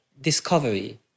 discovery